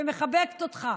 שמחבקת אותך,